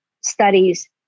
studies